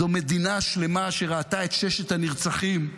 זו מדינה שלמה שראתה את ששת הנרצחים,